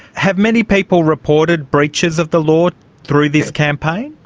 have many people reported breaches of the law through this campaign?